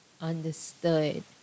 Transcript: understood